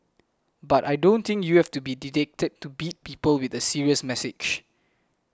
but I don't think you have to be didactic to beat people with a serious message